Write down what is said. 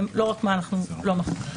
לא רק מה אנחנו לא מכניסים.